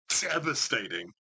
devastating